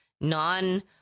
non